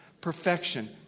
Perfection